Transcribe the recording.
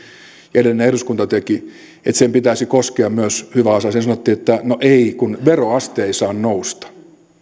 edellinen eduskunta teki niiden pitäisi koskea myös hyväosaisia niin sanottiin että no ei kun veroaste ei saa nousta